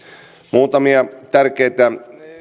muutamia tärkeitä